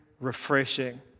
refreshing